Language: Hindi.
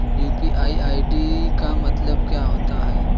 यू.पी.आई आई.डी का मतलब क्या होता है?